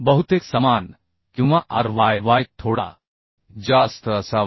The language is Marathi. बहुतेक समान किंवा आर वाय वाय थोडा जास्त असावा